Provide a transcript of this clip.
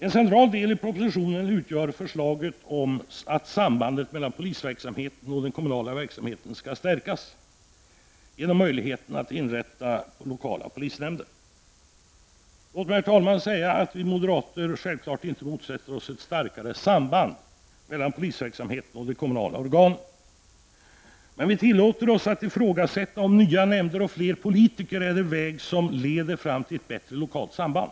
En central del i propositionen utgör förslaget att sambandet mellan polisverksamheten och den kommunala verksamheten skall stärkas genom möjligheten att inrätta lokala polisnämnder. Låt mig, herr talman, säga, att vi moderater självfallet inte motsätter oss ett starkare samband mellan polisverksamheten och de kommunala organen. Vi tillåter oss dock att ifrågasätta om nya nämnder och fler politiker är den väg som leder fram till ett bättre lokalt samband.